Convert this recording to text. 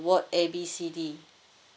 ward A B C D